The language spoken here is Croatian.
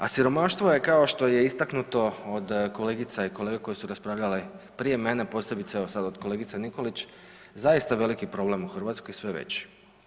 A siromaštvo je kao što je istaknuto od kolegica i kolega koji su raspravljali prije mene, posebice sad evo od kolegice Nikolić zaista veliki problem u Hrvatskoj i sve veći.